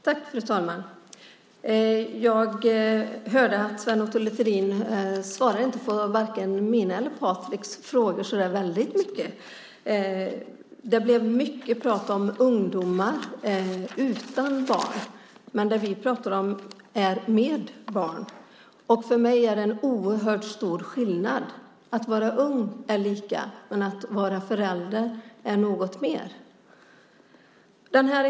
Fru talman! Jag hörde att Sven Otto Littorin inte svarade särskilt mycket på vare sig mina eller Patriks frågor. Det blev mycket prat om ungdomar utan barn. Men det vi pratar om är ungdomar som har barn. För mig är det en oerhört stor skillnad. Att vara ung är så att säga lika men att vara förälder är något mer.